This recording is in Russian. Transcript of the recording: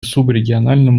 субрегиональном